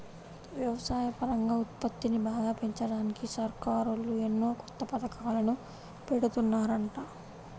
వ్యవసాయపరంగా ఉత్పత్తిని బాగా పెంచడానికి సర్కారోళ్ళు ఎన్నో కొత్త పథకాలను పెడుతున్నారంట